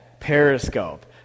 Periscope